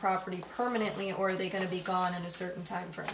property permanently or are they going to be gone in a certain time for